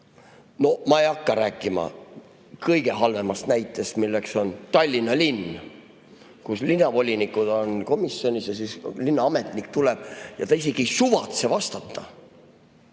No ma ei hakka rääkima kõige halvemast näitest, milleks on Tallinna linn, kus linnavolinikud on komisjonis ja linnaametnik tuleb ja ta isegi ei suvatse vastata.